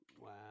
Wow